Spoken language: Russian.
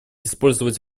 использовать